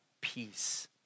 peace